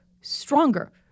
stronger